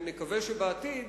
ונקווה שבעתיד,